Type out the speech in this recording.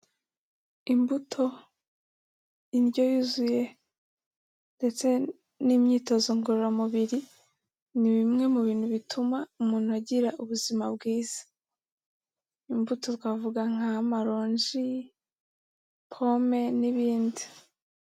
Imbuto, indyo yuzuye ndetse n'imyitozo ngororamubiri, ni bimwe mu bintu bituma umuntu agira ubuzima bwiza, imbuto twavuga nk'amaronji, pome n'ibindi.